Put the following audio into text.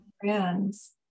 friends